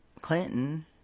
Clinton